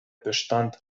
bestand